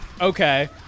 Okay